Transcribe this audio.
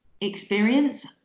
experience